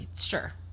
Sure